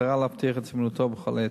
במטרה להבטיח את זמינותו בכל עת.